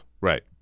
Right